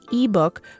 ebook